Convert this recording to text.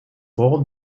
forum